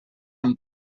amb